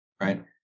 right